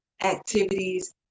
activities